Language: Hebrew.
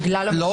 בגלל --- להפך.